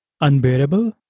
unbearable